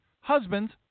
husband's